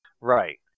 right